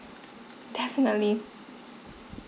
definitely